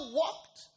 walked